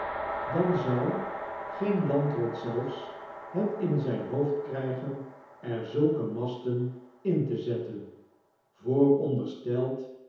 dan zou geen landrot zelfs het in zyn hoofd krygen er zulke masten in te zetten